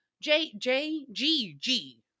J-J-G-G